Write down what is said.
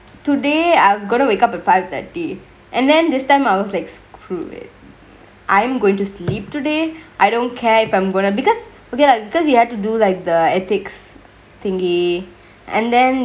today I was gonna wake up at five thirty and then this time I flakes prove it I'm goingk to sleep today I don't care if I'm gonna because okay lah because you had to do like the ethics thingky and then